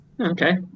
Okay